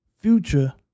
Future